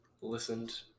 listened